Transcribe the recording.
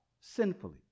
sinfully